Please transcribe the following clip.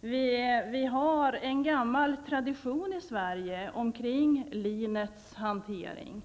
Vi har en gammal tradition i Sverige omkring linets hantering.